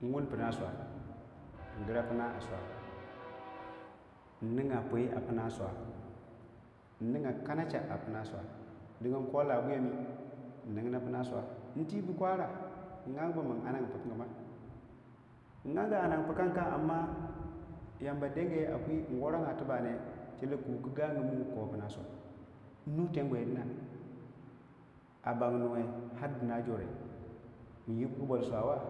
Nwuni pina swa ngira swa ninga pwii a pina swa nninga kanacha a piinna swa dinigin ko labwii yami nningna piina swa ntibu kwara nangubu min annadi pukangu ma nange annadi pukangu am yamba denge apu nwoorange tumbag ne chelle kuku gagu mu kopuna swa nnuteng gwidina a bangnuwee ar dina jo- re nyiki bol swawa